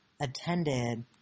attended